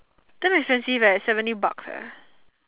damn expensive eh seventy bucks eh